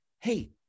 hey